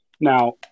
now